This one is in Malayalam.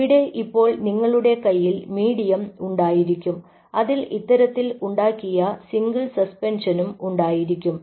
ഇവിടെ ഇപ്പോൾ നിങ്ങളുടെ കയ്യിൽ മീഡിയം ഉണ്ടായിരിക്കും അതിൽ ഇത്തരത്തിൽ ഉണ്ടാക്കിയ സിംഗിൾ സസ്പെൻഷനും ഉണ്ടായിരിക്കും